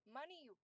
Money